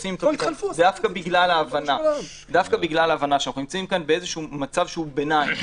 דווקא בגלל ההבנה שאנחנו נמצאים כאן באיזשהו מצב שהוא ביניים,